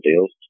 deals